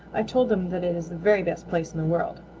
i told them that it is the very best place in the world.